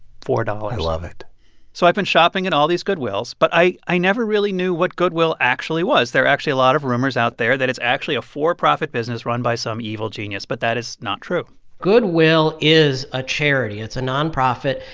four dollars i love it so i've been shopping at all these goodwills, but i i never really knew what goodwill actually was. there are actually a lot of rumors out there that it's actually a for-profit business run by some evil genius. but that is not true goodwill is a charity. it's a nonprofit.